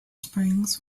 springs